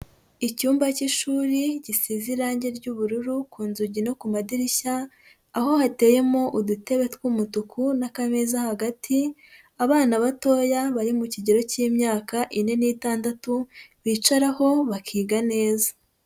Icyumba cy'ishuri, gisize irangi ry'ubururu ku nzugi no ku madirishya, aho hateyemo udutebe tw'umutuku n'akameza hagati, abana batoya bari mu kigero cy'imyaka ine n'itandatu, bicaraho bakiga neza.